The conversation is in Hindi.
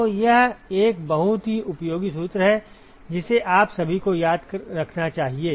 तो यह एक बहुत ही उपयोगी सूत्र है जिसे आप सभी को याद रखना चाहिए